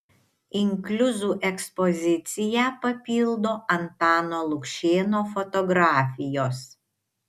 inkliuzų ekspoziciją papildo antano lukšėno fotografijos